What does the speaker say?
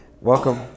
Welcome